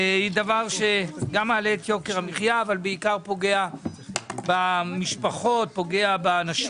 מעלה את יוקר המחייה אבל בעיקר פוגע במשפחות ובאנשים.